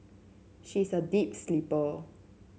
she is a deep sleeper